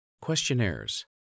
questionnaires